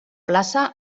plaça